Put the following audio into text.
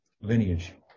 lineage